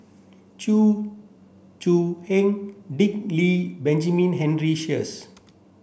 Chew Choo Dick Lee Benjamin Henry Sheares